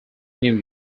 new